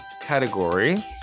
category